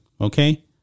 Okay